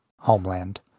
homeland